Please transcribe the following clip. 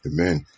Amen